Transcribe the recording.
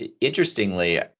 interestingly